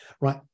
right